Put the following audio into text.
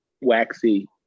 waxy